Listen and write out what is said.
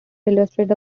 illustrates